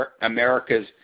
America's